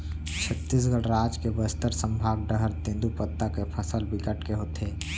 छत्तीसगढ़ राज के बस्तर संभाग डहर तेंदूपत्ता के फसल बिकट के होथे